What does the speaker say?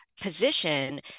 Position